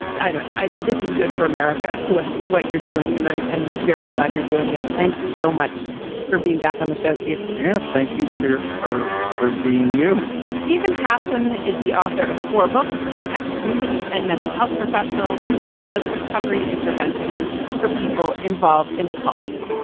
this is good for america. what what you're doing and i'm i'm very glad you're doing it. thanks so much for being back on the show, steve yeah. thank you for for for being you stephen hassin is the author of four books, an ex, mooney and mental health professional who now does recovery interventions for people involved in cults.